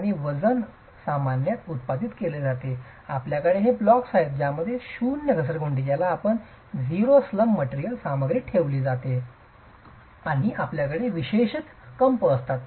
आणि वजन सामान्यत उत्पादित केले जाते आपल्याकडे हे ब्लॉक्स आहेत ज्यामध्ये शून्य घसरगुंडी सामग्री ठेवली जाते आणि आपल्याकडे विशेषत कंप असतात